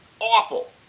awful